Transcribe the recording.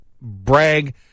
Brag